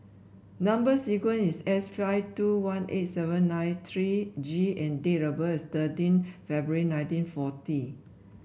number sequence is S five two one eight seven nine three G and date of birth is thirteen February nineteen forty